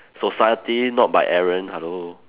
society not by Aaron hello